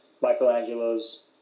Michelangelo's